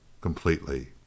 completely